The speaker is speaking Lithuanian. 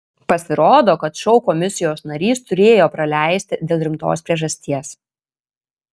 pasirodo kad šou komisijos narys turėjo praleisti dėl rimtos priežasties